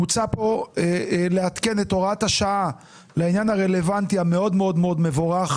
מוצע פה לעדכן את הוראת השעה לעניין הרלוונטי המאוד מאוד מבורך,